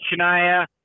Shania